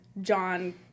John